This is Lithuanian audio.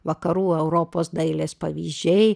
vakarų europos dailės pavyzdžiai